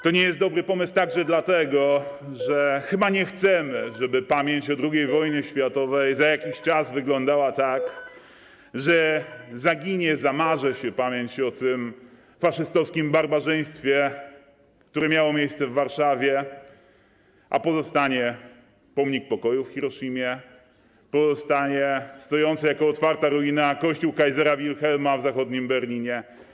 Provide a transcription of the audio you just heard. To nie jest dobry pomysł także dlatego, że chyba nie chcemy, żeby pamięć o II wojnie światowej za jakiś czas wyglądała tak, że zaginie, zamaże się pamięć o tym faszystowskim barbarzyństwie, które miało miejsce w Warszawie, a pozostanie pomnik pokoju w Hiroszimie, pozostanie stojący jako otwarta ruina Kościół Pamięci Cesarza Wilhelma w zachodnim Berlinie.